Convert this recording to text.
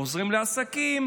חוזרים לעסקים,